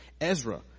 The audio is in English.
Ezra